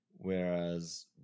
Whereas